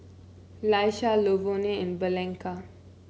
Laisha Lavonne and Blanca